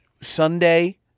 Sunday